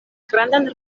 grandan